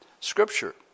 scripture